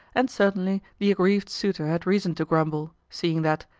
and certainly the aggrieved suitor had reason to grumble, seeing that,